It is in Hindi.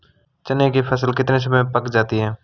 चने की फसल कितने समय में पक जाती है?